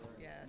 yes